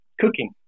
cooking